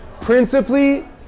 principally